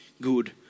good